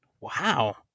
Wow